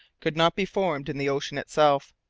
could not be formed in the ocean itself.